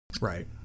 Right